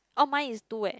oh mine is two eh